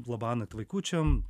labanakt vaikučiam